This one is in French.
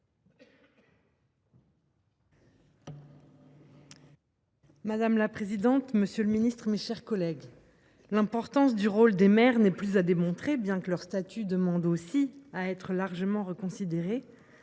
Madame la présidente, monsieur le ministre, mes chers collègues, l’importance du rôle des maires n’est plus à démontrer, bien que leur statut demande lui aussi à être largement reconsidéré.